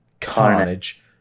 carnage